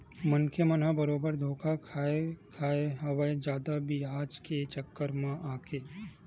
मनखे मन ह बरोबर धोखा खाय खाय हवय जादा बियाज के चक्कर म आके